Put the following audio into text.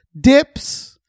dips